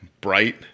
bright